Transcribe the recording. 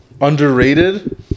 Underrated